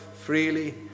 freely